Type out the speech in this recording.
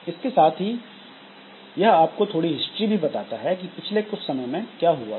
इसके साथ ही यह आपको थोड़ी हिस्ट्री भी बताता है कि पिछले कुछ समय में क्या हुआ था